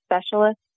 specialist